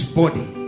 body